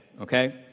okay